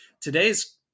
Today's